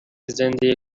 زنده